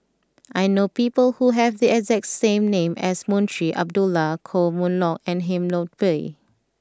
I know people who have the exact same name as Munshi Abdullah Koh Mun Hong and Lim Chor Pee